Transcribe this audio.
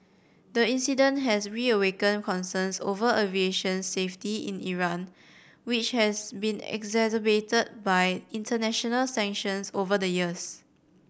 the incident has reawakened concerns over aviation safety in Iran which has been exacerbated by international sanctions over the years